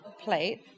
plate